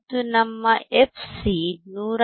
ಮತ್ತು ನಮ್ಮ fc 159